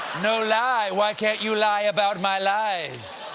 no lie why can't you lie about my lies?